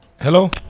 hello